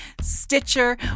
Stitcher